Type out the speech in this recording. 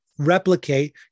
replicate